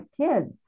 kids